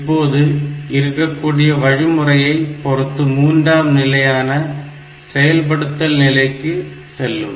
இப்போது இருக்கக்கூடிய வழிமுறையை பொறுத்து மூன்றாம் நிலையான செயல்படுத்தல் நிலைக்கு செல்லும்